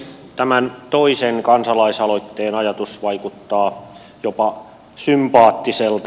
tämän toisen kansalaisaloitteen ajatus vaikuttaa jopa sympaattiselta